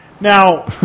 Now